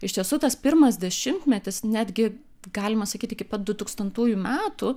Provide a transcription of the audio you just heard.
iš tiesų tas pirmas dešimtmetis netgi galima sakyti iki pat dutūkstantųjų metų